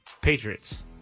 Patriots